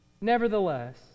nevertheless